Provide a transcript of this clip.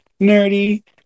nerdy